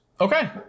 Okay